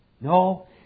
No